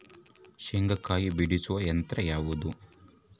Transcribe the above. ಶೇಂಗಾಕಾಯಿ ಬಿಡಿಸುವ ಯಂತ್ರ ಯಾವುದು?